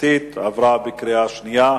המשפטית והאפוטרופסות (תיקון מס' 14) עברה בקריאה שנייה.